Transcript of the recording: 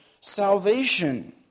salvation